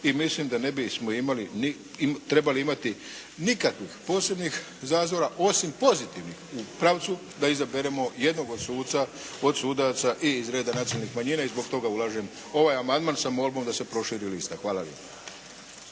i mislim da ne bismo trebali imati nikakvih posebnih zazora osim pozitivnih u pravcu da izaberemo jednog od sudaca i iz reda nacionalnih manjina i zbog toga ulažem ovaj amandman sa molbom da se proširi lista. Hvala